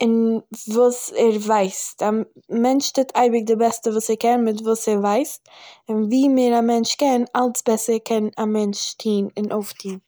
אין וואס ער ווייסט, א מענטש טוהט אייביג די בעסטע וואס ער קען מיט וואס ער ווייסט, און ווי מער א מענטש קען - אלץ בעסער קען א מענטש טוהן און אויפטוהן